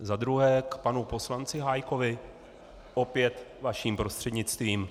Za druhé, k panu poslanci Hájkovi, opět vaším prostřednictvím.